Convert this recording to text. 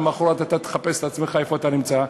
ולמחרת אתה תחפש את עצמך איפה אתה נמצא,